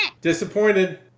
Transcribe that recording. disappointed